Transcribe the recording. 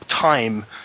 time